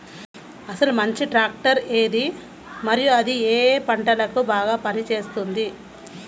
అసలు మంచి ట్రాక్టర్ ఏది మరియు అది ఏ ఏ పంటలకు బాగా పని చేస్తుంది?